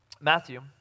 Matthew